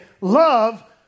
love